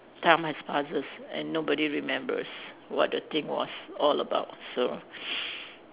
time has passes and nobody remembers what the thing was all about so